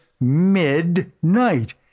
midnight